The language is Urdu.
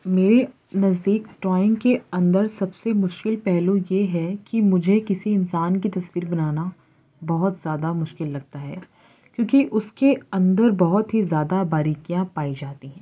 میرے نزدیک ڈرائنگ کے اندر سب سے مشکل پہلو یہ ہے کہ مجھے کسی انسان کی تصویر بنانا بہت زیادہ مشکل لگتا ہے کیونکہ اس کے اندر بہت ہی زیادہ باریکیاں پائی جاتی ہیں